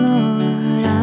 Lord